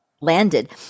landed